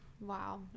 Wow